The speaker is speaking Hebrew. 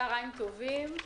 צוהריים טובים,